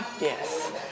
Yes